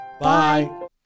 Bye